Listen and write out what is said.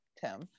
tim